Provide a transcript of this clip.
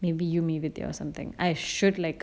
maybe you meet with me or something I should like